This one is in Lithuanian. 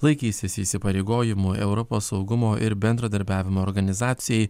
laikysis įsipareigojimų europos saugumo ir bendradarbiavimo organizacijai